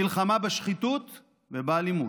מלחמה בשחיתות ובאלימות,